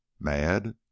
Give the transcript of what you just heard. Mad